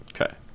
Okay